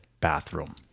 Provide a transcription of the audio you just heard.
bathroom